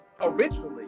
originally